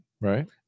Right